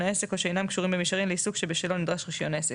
העסק או שאינם קשורים במישרין לעיסוק שבשלו נדרש רישיון העסק.